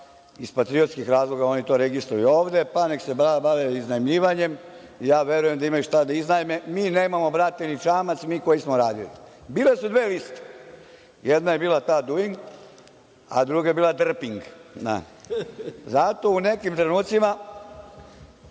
iz patriotskih razloga oni to registruju ovde, pa nek se bar bave iznajmljivanjem. Ja verujem da imaju šta da iznajme. Mi nemamo, brate, ni čamac, mi koji smo radili. Bile su dve liste. Jedna je bila ta duing, a druga je bila drping. Zato u nekim trenucima